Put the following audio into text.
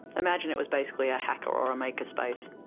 imagine it was basically a hacker or a maker space.